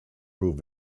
proved